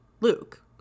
Luke